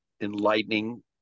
enlightening